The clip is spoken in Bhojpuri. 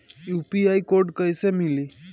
यू.पी.आई कोड कैसे मिली?